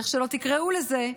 איך שלא תקראו לזה,